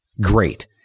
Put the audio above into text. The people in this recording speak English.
Great